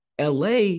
LA